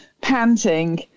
panting